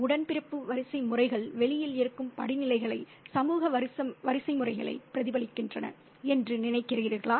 உடன்பிறப்பு வரிசைமுறைகள் வெளியில் இருக்கும் படிநிலைகளை சமூக வரிசைமுறைகளை பிரதிபலிக்கின்றன என்று நினைக்கிறீர்களா